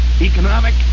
economic